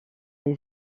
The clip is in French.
les